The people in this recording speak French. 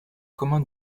communs